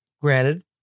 granted